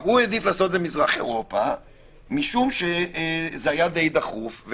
הוא העדיף לעשות את זה במזרח אירופה משום שזה היה די דחוף,